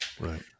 Right